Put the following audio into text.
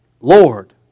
Lord